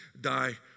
die